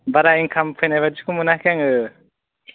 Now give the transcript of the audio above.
बारा इनकाम फैनाय बायदिखौ मोनाखै आङो